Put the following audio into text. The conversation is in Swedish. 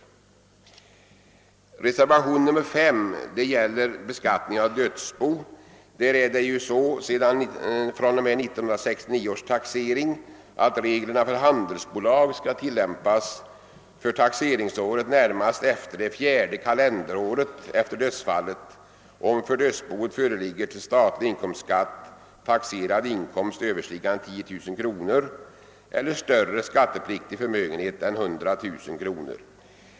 som behandlas i reservationen 5, gäller fr.o.m. 1969 års taxering att reglerna för handelsbolag skall tillämpas för taxeringsåret närmast efter det fjärde kalenderåret efter dödsfallet, om för dödsboet föreligger till statlig inkomstskatt taxerad inkomst överstigande 10 000 kr. eller större skattepliktig förmögenhet än 100000 kr.